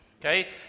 Okay